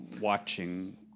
Watching